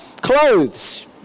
clothes